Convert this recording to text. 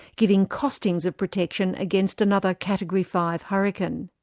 giving costings of protection against another category five hurricane.